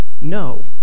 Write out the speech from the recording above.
No